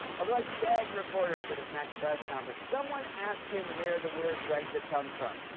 although i beg reporters at his next press conference someone ask him where the word brexit comes from.